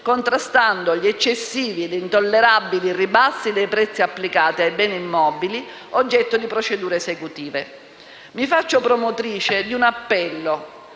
contrastando gli eccessivi e intollerabili ribassi dei prezzi applicati ai beni immobili oggetto di procedure esecutive. Mi faccio promotrice di un appello: